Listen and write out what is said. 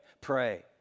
Pray